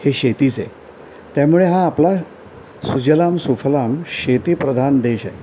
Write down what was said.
हे शेतीच आहे त्यामुळे हा आपला सुजलाम सुफलाम शेतीप्रधान देश आहे